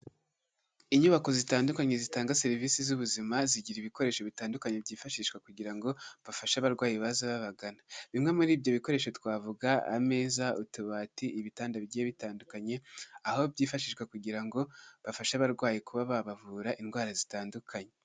Inyubako zitandukanye zitanga serivisi z'ubuzima, zigira ibikoresho bitandukanye byifashishwa kugira ngo bafashe abarwayi baza babagana. Bimwe muri ibyo bikoresho twavuga ameza, utubati, ibitanda bigiye bitandukanye, aho byifashishwa kugira ngo bafashe abarwayi kuba babavura indwara zitandukanye.